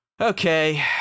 Okay